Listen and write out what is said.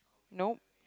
nope